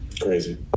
crazy